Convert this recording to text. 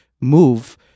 move